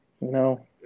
no